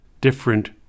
different